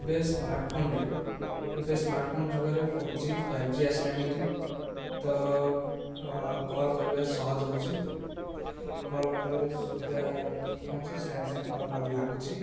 ଏବେ ସ୍ମାର୍ଟ ଫୋନରେ ଏବେ ସ୍ମାର୍ଟ ଫୋନ ଯୁଗରେ ଫୋର୍ ଜି ଫାଇବ୍ ଜି ଆସିଲାଣି ତ କଲ୍ କରିବାରେ ସହଜ ହେଉଛି କଲ୍ କରିବାରେ ସୁବିଧା ହେଉଛି ସାଙ୍ଗେ ସାଙ୍ଗେ କଲ୍ ଲାଗୁଛି